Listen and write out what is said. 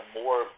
more